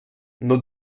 nos